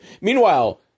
meanwhile